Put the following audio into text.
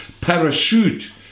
parachute